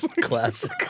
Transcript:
Classic